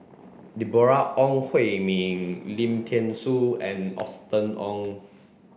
Deborah Ong Hui Min Lim Thean Soo and Austen Ong